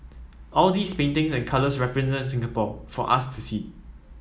all these paintings and colours represent Singapore for us to see